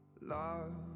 love